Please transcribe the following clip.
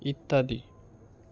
ইত্যাদি